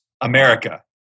America